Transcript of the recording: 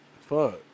Fuck